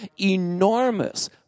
enormous